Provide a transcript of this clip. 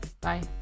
bye